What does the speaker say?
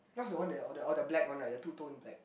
what's the one you order oh the black one right the two tone black